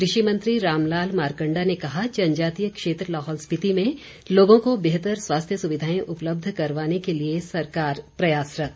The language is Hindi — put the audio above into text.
कृषि मंत्री रामलाल मारकंडा ने कहा जनजातीय क्षेत्र लाहौल स्पिति में लोगों को बेहतर स्वास्थ्य सुविधाएं उपलब्ध करवाने के लिए सरकार प्रयासरत